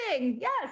yes